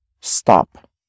Stop